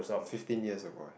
fifteen years ago ah